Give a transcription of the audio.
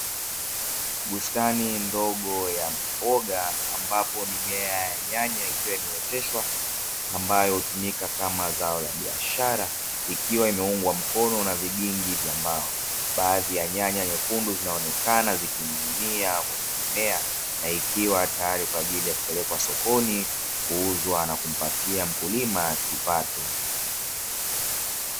Bustani ndogo ya mboga, ambapo mimea ya nyanya ikiwa imeoteshwa ambayo hutumika kama zao la biashara, ikiwa imeungwa mkono na vigingi vya mbao; baadhi ya nyanya nyekundu zinaonekana zikining'inia kwenye mimea, na ikiwa tayari kwa ajili ya kupelekwa sokoni kuuzwa na kupatia mkulima kipato.